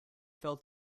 failed